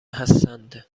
هستند